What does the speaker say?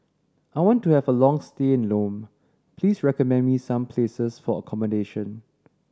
I want to have a long stay in Lome please recommend me some places for accommodation